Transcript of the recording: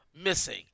missing